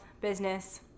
business